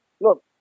look